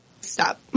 stop